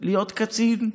להיות קצין.